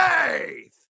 Faith